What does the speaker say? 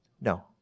no